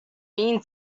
mean